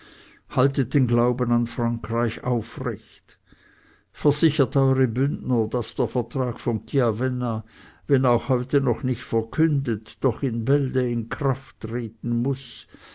haltet den glauben an frankreich aufrecht versichert eure bündner daß der vertrag von chiavenna wenn auch heute noch nicht verkündet doch in bälde in kraft treten muß